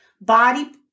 body